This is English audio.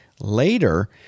later